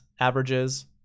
averages